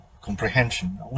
comprehension